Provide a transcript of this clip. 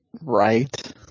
Right